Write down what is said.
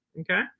okay